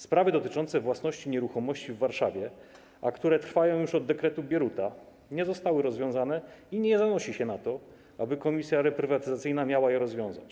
Sprawy dotyczące własności nieruchomości w Warszawie, a które trwają już od dekretu Bieruta, nie zostały rozwiązane i nie zanosi się na to, aby komisja reprywatyzacyjna miała je rozwiązać.